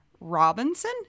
Robinson